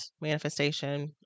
manifestation